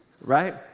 Right